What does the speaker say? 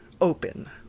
open